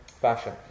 fashion